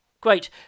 Great